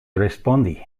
respondi